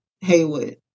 Haywood